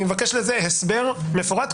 אני מבקש לזה הסבר מפורט,